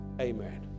amen